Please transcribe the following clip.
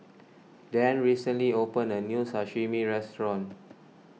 Dann recently opened a new Sashimi restaurant